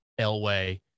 Elway